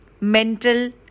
mental